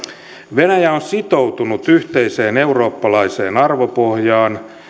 venäjä on sitoutunut yhteiseen eurooppalaiseen arvopohjaan